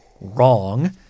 wrong